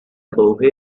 above